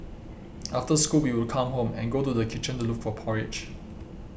after school we would come home and go to kitchen to look for porridge